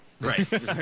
Right